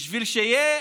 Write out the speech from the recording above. כדי שיהיו